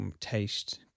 taste